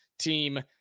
team